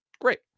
Great